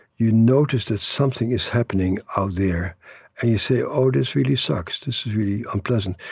you notice that something is happening out there, and you say, oh, this really sucks. this is really unpleasant.